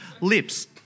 lips